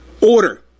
order